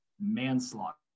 manslaughter